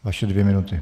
Vaše dvě minuty.